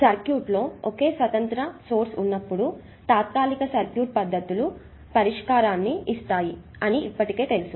సర్క్యూట్లో ఒకే స్వతంత్ర సోర్స్ ఉన్నప్పుడు తాత్కాలిక సర్క్యూట్ పద్ధతులు పరిష్కారాలను ఇస్తాయి అని ఇప్పటికే తెలుసు